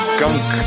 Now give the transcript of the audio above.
gunk